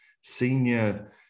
senior